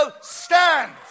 stand